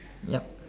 yup